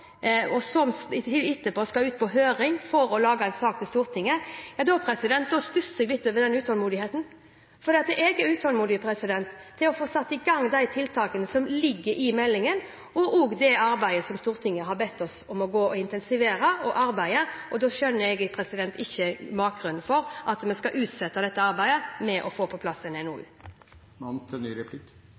til to år, og som etterpå skal ut på høring for å lage en sak for Stortinget: Jeg stusser litt over den utålmodigheten. Jeg er utålmodig etter å få satt i gang tiltakene som ligger i meldingen, og også det arbeidet som Stortinget har bedt oss om å intensivere. Da skjønner ikke jeg bakgrunnen for å utsette dette arbeidet ved å få på plass en